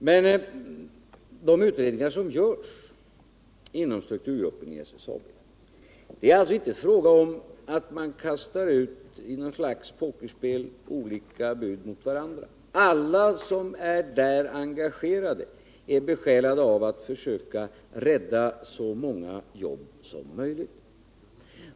De undersökningar om SSAB som görs inom strukturutredningen är inte motstridande bud i något slags pokerspel, utan alla som där är engagerade är besjälade av att försöka rädda så många jobb som möjligt.